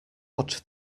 odd